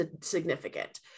significant